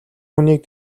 хүнийг